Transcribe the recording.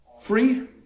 Free